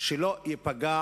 שלא ייפגע